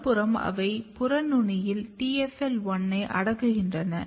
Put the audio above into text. மறுபுறம் அவை புற நுனியில் TFL1 ஐ அடக்குகின்றன